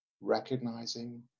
recognizing